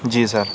جی سر